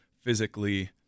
physically